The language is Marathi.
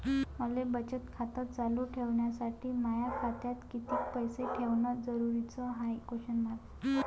मले बचत खातं चालू ठेवासाठी माया खात्यात कितीक पैसे ठेवण जरुरीच हाय?